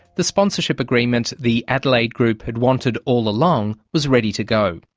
the sponsorship agreement the adelaide group had wanted all along, was ready to go.